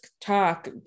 talk